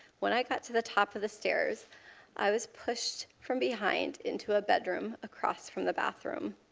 when i got to the top of the stairs i was pushed from behind into a bedroom across from the bathroom.